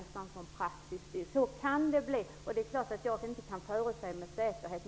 Men det är klart att jag inte kan förutse det med säkerhet.